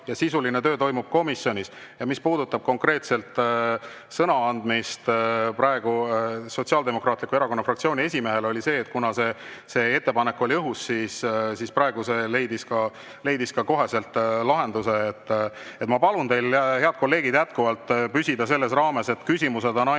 ja sisuline töö toimub komisjonis. Mis puudutab konkreetselt praegust sõna andmist Sotsiaaldemokraatliku Erakonna fraktsiooni esimehele, siis ütlen seda, et kuna see ettepanek oli õhus, siis praegu see leidis kohe ka lahenduse. Ma palun teil, head kolleegid, jätkuvalt püsida selle raames, et küsimused on ainult